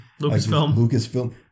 Lucasfilm